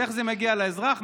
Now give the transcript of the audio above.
איך זה מגיע לאזרח?